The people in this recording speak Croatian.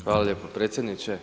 Hvala lijepo predsjedniče.